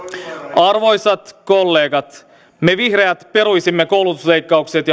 arvoisat kollegat me vihreät peruisimme koulutusleikkaukset